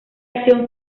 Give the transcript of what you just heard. acción